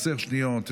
10 שניות,